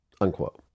Unquote